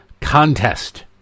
contest